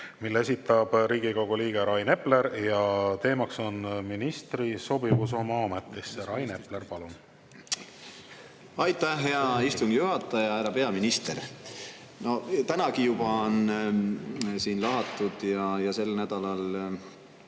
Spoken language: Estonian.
mille esitab Riigikogu liige Rain Epler ja teemaks on ministri sobivus oma ametisse. Rain Epler, palun! Aitäh, hea istungi juhataja! Härra peaminister! Tänagi juba on siin lahatud ja sel nädalal